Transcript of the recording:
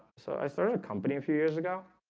so i started a company a few years ago,